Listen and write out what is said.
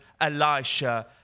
Elisha